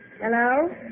Hello